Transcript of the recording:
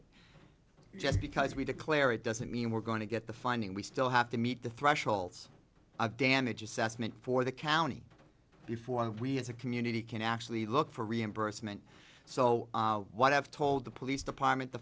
it just because we declare it doesn't mean we're going to get the funding we still have to meet the thresholds of damage assessment for the county before we as a community can actually look for reimbursement so what i've told the police department the